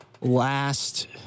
last